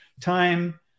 time